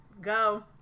go